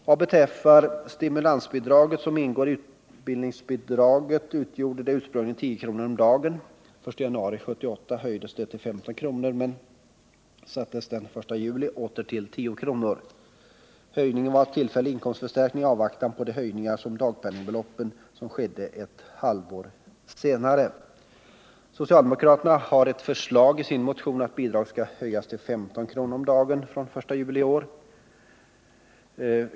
Vad beträffar stimulansbidraget som ingår i utbildningsbidraget, så utgjorde det ursprungligen 10 kr. om dagen. Den 1 januari 1978 höjdes det till 15 kr. men sattes den 1 juli åter till 10 kr. Höjningen var en tillfällig inkomstförstärkning i avvaktan på de höjningar av dagpenningbeloppen som Socialdemokraterna har ett förslag i sin motion att bidraget skall höjas till 15 kr. om dagen fr.o.m. den 1 juli i år.